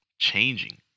changing